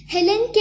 Helen